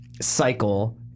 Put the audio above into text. cycle